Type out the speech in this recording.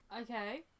okay